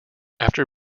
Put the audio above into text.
after